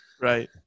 right